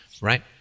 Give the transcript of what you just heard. right